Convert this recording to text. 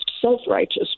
self-righteous